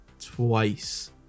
twice